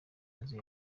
inzu